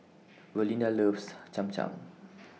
Valinda loves Cham Cham